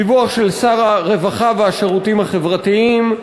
דיווח של שר הרווחה והשירותים החברתיים,